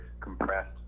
compressed